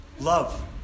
Love